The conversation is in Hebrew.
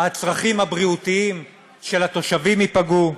הצרכים הבריאותיים של התושבים ייפגעו.